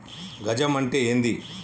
గజం అంటే ఏంది?